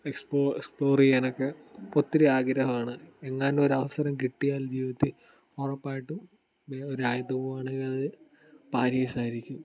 explore explore ചെയ്യാൻ ഒക്കെ ഒത്തിരി ആഗ്രഹമാണ് എന്നാൽ ഒരു അവസരം കിട്ടിയാൽ ജീവിതത്തിൽ ഉറപ്പായിട്ടും ഞാൻ ഒരു രാജ്യത്ത് പോവുകയാണെങ്കിൽ അത് പേരിസ് ആയിരിക്കും